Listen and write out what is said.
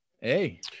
hey